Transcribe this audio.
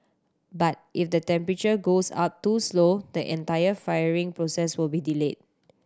but if the temperature goes up too slow the entire firing process will be delayed